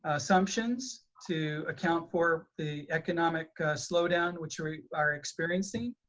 assumptions to account for the economic slowdown which we are experiencing.